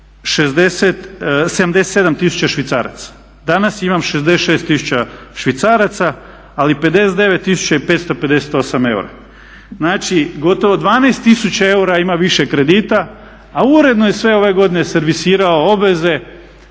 tisuća švicaraca, danas imam 66 tisuća švicaraca ali i 59 tisuća i 558 eura. Znači gotovo 12 tisuća eura ima više kredita a uredno je sve ove godine servisirao obveze